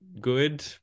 good